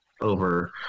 over